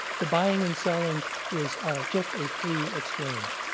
the buying and selling is just a free exchange.